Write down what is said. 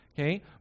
Okay